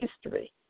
history